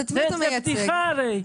זאת הרי בדיחה.